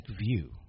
view